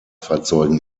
fahrzeugen